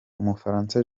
umufaransa